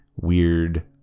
weird